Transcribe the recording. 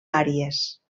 àries